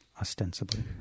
ostensibly